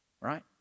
Right